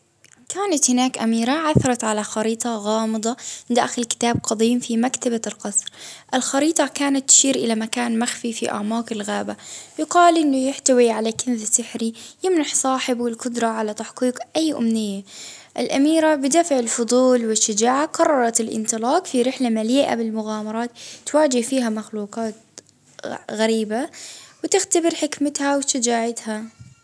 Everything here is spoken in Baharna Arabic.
كانت هناك أميرة عثرت على خريطة غامضة داخل كتاب قديم في مكتبة القصر، الخريطة كانت تشير إلى مكان مخفي في أعماق الغابة، يقال إنه يحتوي على كنز سحري يمنح صاحبه القدرة على تحقيق أي أمنية، الأميرة بدافع الفضول والشجاعة، قررت الإنطلاق في رحلة مليئة بالمغامرات تواجه فيها مخلوقات غريبة وتختبر حكمتها، وشجاعتها.